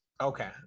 Okay